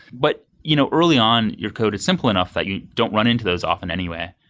but you know early on, your code is simple enough that you don't run into those often anyway.